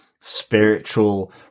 spiritual